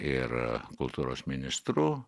ir kultūros ministru